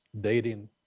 dating